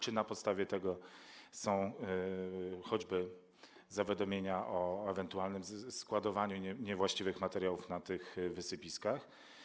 Czy na podstawie tego są przekazywane zawiadomienia o ewentualnym składowaniu niewłaściwych materiałów na tych wysypiskach?